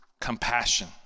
compassion